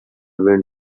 wind